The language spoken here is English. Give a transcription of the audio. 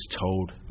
told